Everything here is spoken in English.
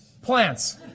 Plants